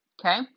Okay